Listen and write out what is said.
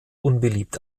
unbeliebt